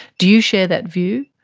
do you share that view?